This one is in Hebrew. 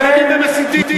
שקרנים ומסיתים.